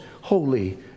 holy